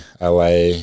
la